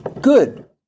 Good